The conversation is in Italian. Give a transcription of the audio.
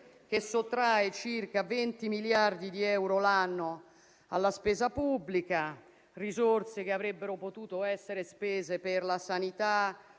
che sottrae circa 20 miliardi di euro l'anno alla spesa pubblica, risorse che avrebbero potuto essere spese per la sanità,